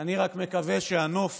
אני רק מקווה "שהנוף